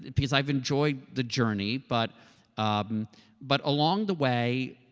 because i've enjoyed the journey, but um but along the way,